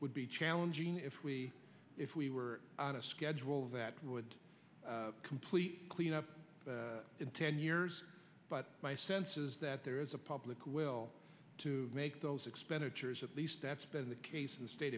would be challenging if we if we were on a schedule that would complete cleanup in ten years but my sense is that there is a public will to make those expenditures at least that's been the case in the state